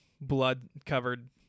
blood-covered